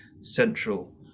central